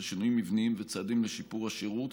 שינויים מבניים וצעדים לשיפור השירות,